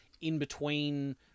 in-between